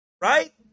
Right